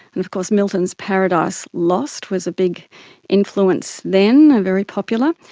and of course milton's paradise lost was a big influence then, very popular.